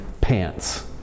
pants